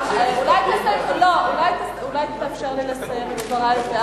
לא, זה צריך להיות בוועדת הכספים.